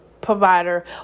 provider